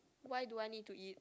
why do I need to eat